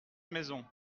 maisons